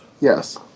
Yes